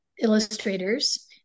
illustrators